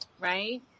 right